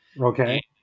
Okay